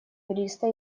юриста